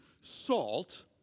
salt